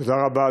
תודה רבה,